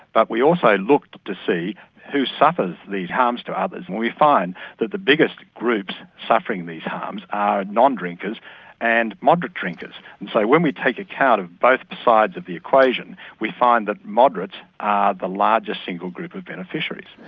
but we also look to see who suffers these harms to others, and we find that the biggest groups suffering these harms are non-drinkers and moderate drinkers. and so when we take account of both sides of the equation, we find that moderates are the largest single group of beneficiaries.